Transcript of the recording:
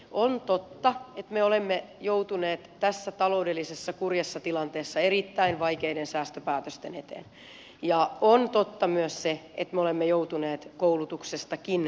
on totta että me olemme joutuneet tässä kurjassa taloudellisessa tilanteessa erittäin vaikeiden säästöpäätösten eteen ja on totta myös se että me olemme joutuneet koulutuksestakin säästämään